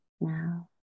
now